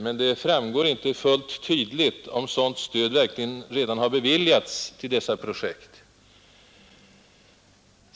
Men det framgår inte fullt tydligt om sådant stöd verkligen redan har beviljats till dessa projekt.